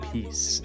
Peace